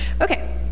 Okay